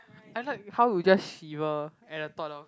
I like how you just shiver at the thought of